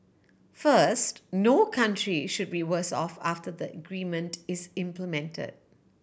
first no country should be worse off after the agreement is implemented